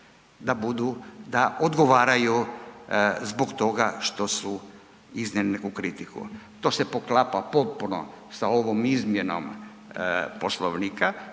da odgovaraju zbog toga što su iznijeli neku kritiku. To se poklapa potpuno sa ovom izmjenom Poslovnika